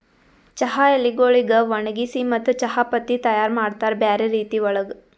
ಚಹಾ ಎಲಿಗೊಳಿಗ್ ಒಣಗಿಸಿ ಮತ್ತ ಚಹಾ ಪತ್ತಿ ತೈಯಾರ್ ಮಾಡ್ತಾರ್ ಬ್ಯಾರೆ ರೀತಿ ಒಳಗ್